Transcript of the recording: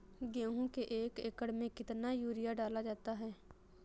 गेहूँ के एक एकड़ में कितना यूरिया डाला जाता है?